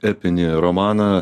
epinį romaną